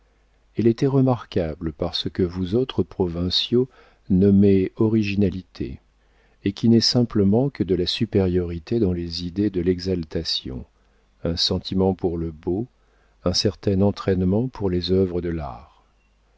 elle était remarquable par ce que vous autres provinciaux nommez originalité et qui n'est simplement que de la supériorité dans les idées de l'exaltation un sentiment pour le beau un certain entraînement pour les œuvres de l'art